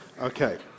Okay